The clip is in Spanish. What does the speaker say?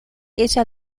ella